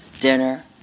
dinner